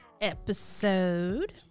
episode